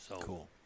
Cool